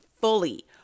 fully